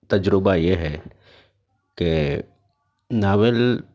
تجربہ یہ ہے کہ ناول